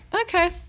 okay